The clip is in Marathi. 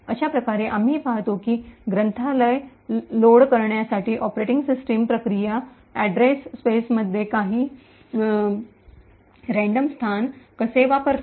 अशा प्रकारे आम्ही पाहतो की ग्रंथालय लोड करण्यासाठी ऑपरेटिंग सिस्टम प्रक्रिया अॅड्रेस स्पेसमध्ये काही यादृच्छिक स्थान कसे वापरते